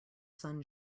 sun